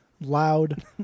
loud